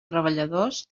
treballadors